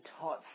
taught